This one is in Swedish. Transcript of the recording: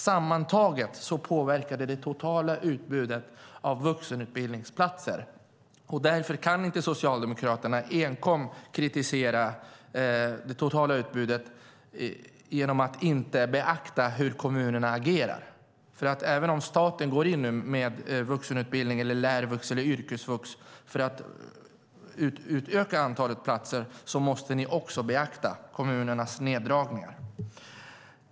Sammantaget påverkar detta det totala utbudet av vuxenutbildningsplatser. Därför kan Socialdemokraterna inte enkom kritisera det totala utbudet genom att inte beakta hur kommunerna agerar. Även om staten nu går in med vuxenutbildning, lärvux eller yrkesvux för att utöka antalet platser måste ni också beakta kommunernas neddragningar.